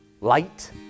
light